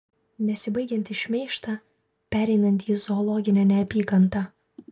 nesibaigiantį šmeižtą pereinantį į zoologinę neapykantą